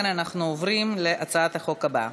אנחנו עוברים להצעת החוק הבאה,